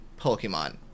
Pokemon